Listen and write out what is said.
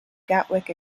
gatwick